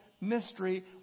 mystery